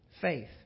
faith